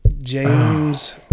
james